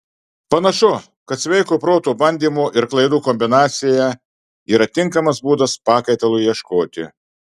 panašu kad sveiko proto bandymo ir klaidų kombinacija yra tinkamas būdas pakaitalui ieškoti